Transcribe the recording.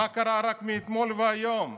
מה קרה רק אתמול והיום?